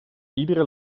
iedere